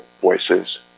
voices